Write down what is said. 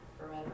forever